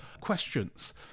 questions